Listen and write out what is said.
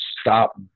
stop